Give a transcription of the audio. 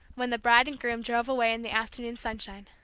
when the bride and groom drove away in the afternoon sunshine.